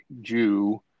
Jew